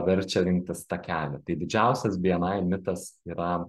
verčia rinktis takelį tai didžiausias bni mitas yra